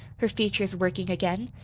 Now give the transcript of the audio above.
her features working again.